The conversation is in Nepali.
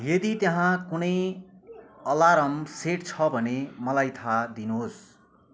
यदि त्यहाँ कुनै अलार्म सेट छ भने मलाई थाहा दिनुहोस्